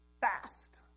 fast